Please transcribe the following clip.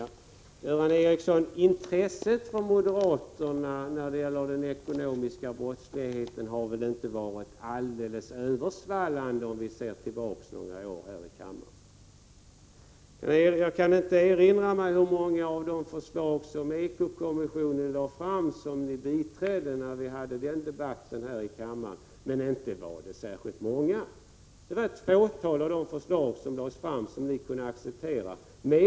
Göran Ericsson: Intresset från moderaterna när det gäller den ekonomiska brottsligheten har väl inte varit helt översvallande här i kammaren de senaste åren. Jag kan inte erinra mig hur många av de förslag som ekokommissionen framlagt som ni biträdde när vi hade den debatten här i kammaren, men inte var det särskilt många. Det var ett fåtal av de förslag som lades fram som ni kunde acceptera.